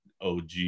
og